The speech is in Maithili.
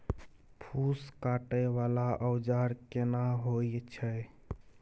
फूस काटय वाला औजार केना होय छै?